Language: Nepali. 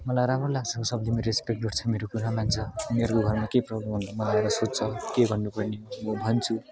मलाई राम्रो लाग्छ सबले मेरो रेस्पेक्ट गर्छ मेरो कुरा मान्छ उनीहरूको घरमा केही प्रबल्म भयो भने मलाई आएर सोध्छ के भन्नु पऱ्यो भने म भन्छु